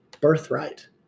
birthright